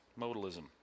modalism